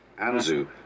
Anzu